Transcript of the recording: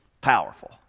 powerful